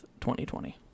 2020